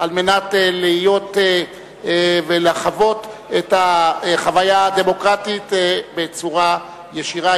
על מנת להיות ולחוות את החוויה הדמוקרטית בצורה ישירה.